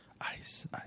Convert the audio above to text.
Ice